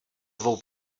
dvou